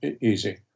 easy